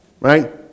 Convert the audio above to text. right